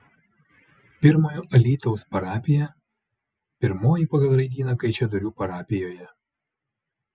pirmojo alytaus parapija pirmoji pagal raidyną kaišiadorių parapijoje